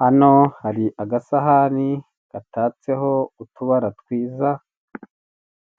Hano hari agasahani gatatseho utubara twiza,